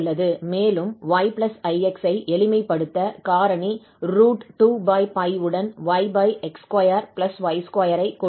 மேலும் 𝑦 𝑖𝑥 ஐ எளிமைப்படுத்த காரணி 2 உடன் yx2y2 கொடுக்கிறது